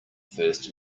first